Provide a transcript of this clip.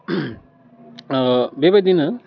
बेबायदिनो